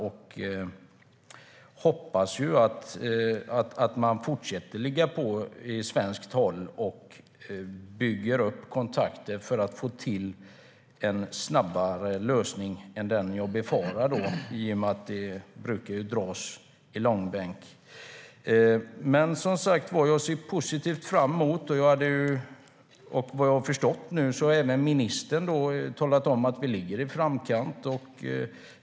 Jag hoppas att man från svenskt håll fortsätter att driva på och bygger upp kontakter för få till en snabbare lösning än den jag befarar i och med att detta ju brukar dras i långbänk. Jag ser positivt på frågan. Ministern har sagt att vi ligger i framkant.